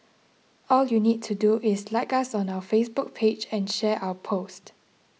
all you need to do is like us on our Facebook page and share our post